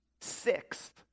Sixth